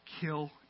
kill